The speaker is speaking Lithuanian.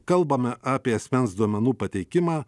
kalbame apie asmens duomenų pateikimą